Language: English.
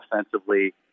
offensively